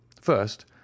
First